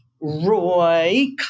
Roy